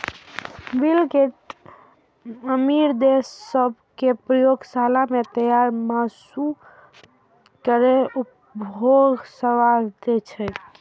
bill Gates अमीर देश सभ कें प्रयोगशाला मे तैयार मासु केर उपभोगक सलाह देलकैए